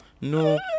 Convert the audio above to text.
No